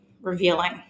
revealing